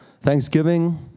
Thanksgiving